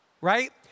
Right